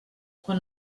quan